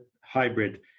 hybrid